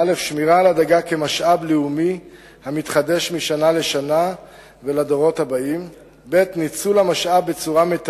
השלל השנתי של הדיג הימי על שלוחותיו נאמד ב-4,000 5,000 טון דגים.